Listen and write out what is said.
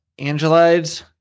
Angelides